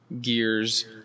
Gears